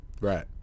Right